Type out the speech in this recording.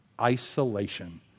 Isolation